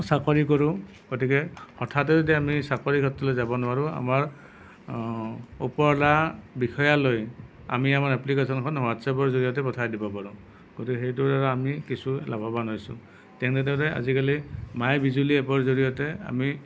চাকৰি কৰোঁ গতিকে হঠাতে যদি আমি চাকৰি ক্ষেত্ৰলৈ যাব নোৱাৰোঁ আমাৰ ওপৰৱালা বিষয়ালৈ আমি আমাৰ এপ্লিকেশ্যনখন হোৱাটচ্এপৰ জৰিয়তে পঠাই দিব পাৰোঁ গতিকে সেইটোত আমি কিছু লাভৱান হৈছোঁ তেনেদৰে আজিকালি মাই বিজুলী এপৰ জৰিয়তে আমি